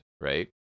right